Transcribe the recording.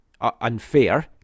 unfair